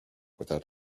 without